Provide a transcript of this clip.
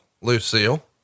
Lucille